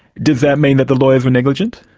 does that mean that the lawyers were negligent?